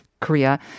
Korea